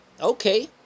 Okay